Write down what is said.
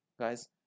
guys